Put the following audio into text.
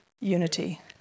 unity